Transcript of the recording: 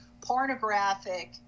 Pornographic